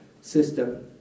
system